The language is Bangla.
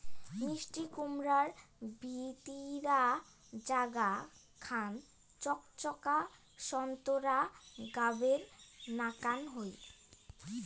মিষ্টিকুমড়ার ভিতিরার জাগা খান চকচকা সোন্তোরা গাবের নাকান হই